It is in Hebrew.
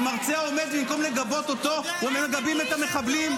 אז מרצה עומד ובמקום לגבות אותו מגבה את המחבלים?